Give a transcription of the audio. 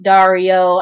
Dario